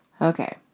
Okay